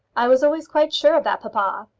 i was always quite sure of that, papa.